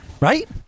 Right